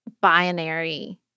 binary